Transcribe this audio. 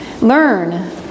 learn